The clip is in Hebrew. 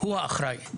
הוא האחראי.